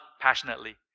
passionately